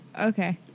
Okay